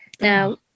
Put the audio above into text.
Now